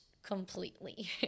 completely